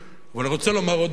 אבל אני רוצה לומר עוד אמרת כנף,